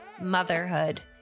motherhood